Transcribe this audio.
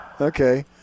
okay